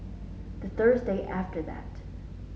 the Thursday after that